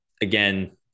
again –